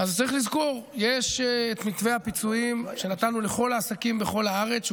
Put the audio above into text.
צריך לזכור שיש את מתווה הפיצויים שנתנו לכל העסקים בכל הארץ,